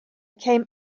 came